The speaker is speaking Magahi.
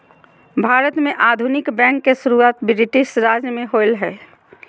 भारत में आधुनिक बैंक के शुरुआत ब्रिटिश राज में होलय हल